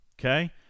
okay